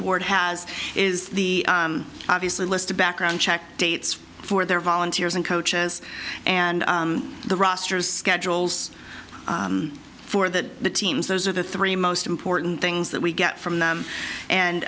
board has is the obvious list a background check dates for their volunteers and coaches and the roster schedules for that the teams those are the three most important things that we get from them